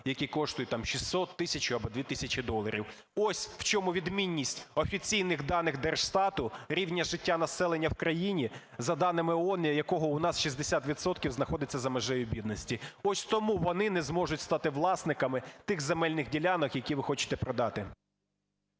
які коштують там 600, 1 тисячу або 2 тисячі доларів. Ось в чому відмінність офіційних даних Держстату рівня життя населення в країні, за даними ООН якого у нас 60 відсотків знаходиться за межею бідності. Ось тому вони не зможуть стати власниками тих земельних ділянок, які ви хочете продати.